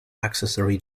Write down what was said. accessory